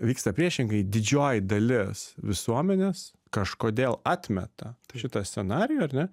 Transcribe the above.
vyksta priešingai didžioji dalis visuomenės kažkodėl atmeta šitą scenarijų ar ne